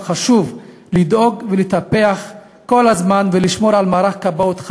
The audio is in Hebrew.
חשוב לדאוג ולטפח כל הזמן ולשמור על מערך כבאות חזק,